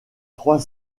trois